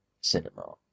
cinema